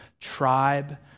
tribe